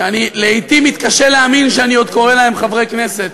שאני לעתים מתקשה להאמין שאני עוד קורא לכם חברי כנסת,